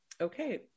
Okay